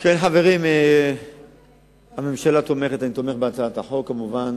חברים, הממשלה תומכת ואני תומך בהצעת החוק, כמובן